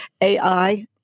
AI